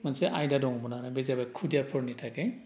मोनसे आयदा दङमोन आरो बे जाबाय थाखाय खुदियाफोरनि थाखाय